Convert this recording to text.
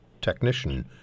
technician